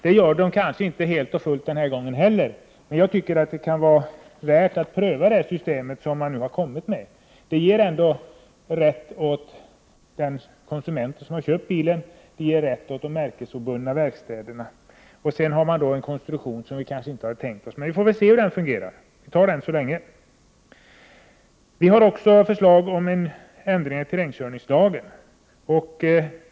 Det gör den kanske inte helt fullt den här gången heller, men jag tycker att det kan vara värt att pröva det system som nu föreslås. Det ger ändå den rätt till konsumenten som köper bilen och till de märkesobundna verkstäderna som vi har beställt. Det är kanske en konstruktion som vi inte hade tänkt oss, men vi får väl se hur den fungerar. Vi har också ett förslag om en ändring i terrängkörningslagen.